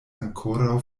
ankoraŭ